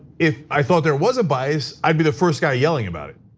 if i thought there was a bias, i'd be the first guy yelling about it,